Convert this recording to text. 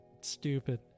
stupid